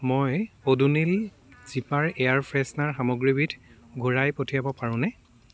মই Odonil zipper air freshener সামগ্ৰীবিধ ঘূৰাই পঠিয়াব পাৰোঁনে